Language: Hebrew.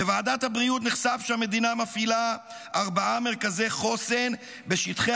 בוועדת הבריאות נחשף שהמדינה מפעילה ארבעה מרכזי חוסן בשטחי